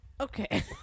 Okay